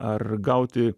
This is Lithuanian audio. ar gauti